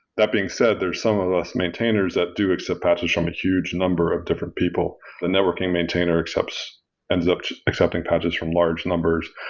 that being said, there are some of us maintainers that do accept patches from a huge number of different people. a networking maintainer ends up accepting patches from large numbers.